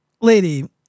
Lady